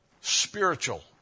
spiritual